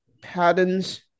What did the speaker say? patterns